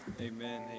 Amen